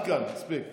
עד כאן, מספיק.